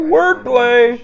Wordplay